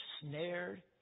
snared